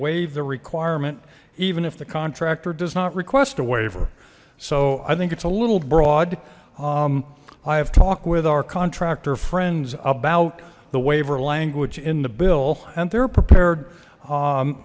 the requirement even if the contractor does not request a waiver so i think it's a little broad i have talked with our contractor friends about the waiver language in the bill and they're prepared